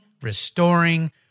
Restoring